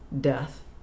death